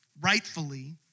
rightfully